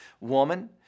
Woman